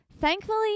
thankfully